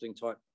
type